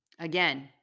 Again